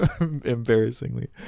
embarrassingly